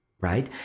right